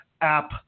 app